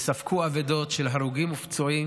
וספגו אבדות של הרוגים ופצועים